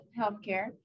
Healthcare